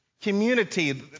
Community